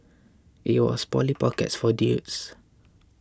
it was Polly Pocket for dudes